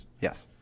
Yes